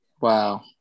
wow